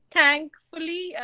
Thankfully